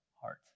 heart